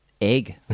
egg